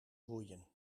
groeien